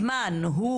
הזמן הוא